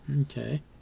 Okay